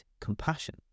compassion